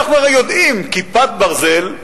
אנחנו הרי יודעים: "כיפת ברזל",